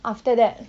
after that